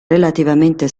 relativamente